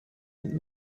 and